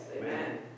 amen